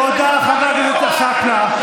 תודה, חבר הכנסת עסאקלה.